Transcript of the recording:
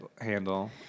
handle